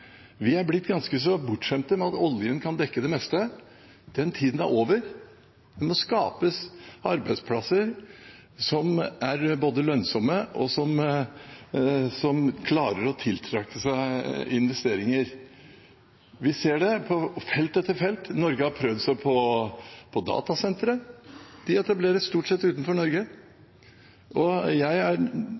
Vi er blitt ganske så bortskjemte med at oljen kan dekke det meste. Den tida er over. Det må skapes arbeidsplasser som både er lønnsomme, og som klarer å tiltrekke seg investeringer. Vi ser det på felt etter felt. Norge har prøvd seg på datasentre. De etableres stort sett utenfor Norge. Jeg